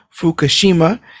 Fukushima